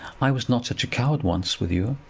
i was not such a coward once with you.